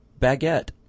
baguette